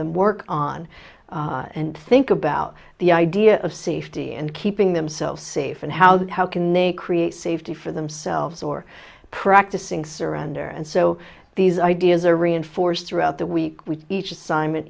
them work on and think about the idea of safety and keeping themselves safe and how that how can they create safety for themselves or practicing surrender and so these ideas are reinforced throughout the week with each assignment